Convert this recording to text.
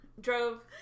drove